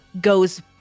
goes